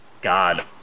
god